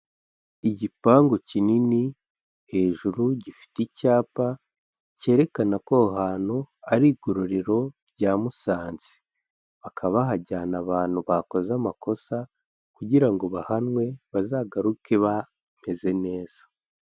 Igipangu kinini hejuru gifite icyapa cyerekana ko aho hantu ari igororero rya Musanze, bakaba bahajyana abantu bakoze amakosa kugira ngo bahanwe, bazagaruke bameze neza.